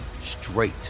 straight